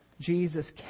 Jesus